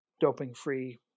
doping-free